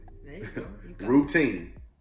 Routine